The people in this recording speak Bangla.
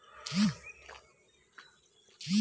ব্যাংকের পাসবুক কি আবেদন করে বাড়িতে পোস্ট করা হবে?